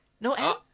no